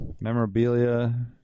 memorabilia